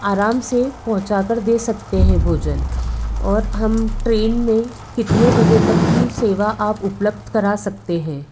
आराम से पहुँचा कर दे सकते हैं भोजन और हम ट्रेन में कितने बजे तक की सेवा आप उपलब्ध करा सकते हैं